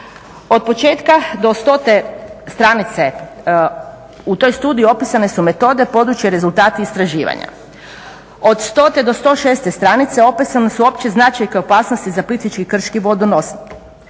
Od početka do stote stranice u toj studiji opisane su metode, područja i rezultati istraživanja. Od 100-106 stranice opisane su opće značajke opasnosti za Plitvički krški vodo nos,